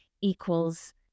equals